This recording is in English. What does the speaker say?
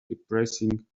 depressing